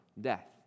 death